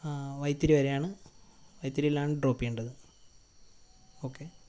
വൈത്തിരി വരെയാണ് വൈത്തിരിയിലാണ് ഡ്രോപ്പ് ചെയ്യേണ്ടത് ഓക്കേ